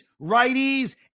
righties